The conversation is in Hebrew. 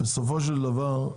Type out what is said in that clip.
בסופו של דבר,